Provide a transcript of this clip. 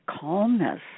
calmness